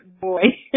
boy